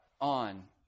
on